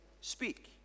speak